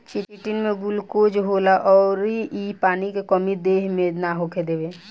chitin में glucose होला अउर इ पानी के कमी देह मे ना होखे देवे